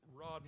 rod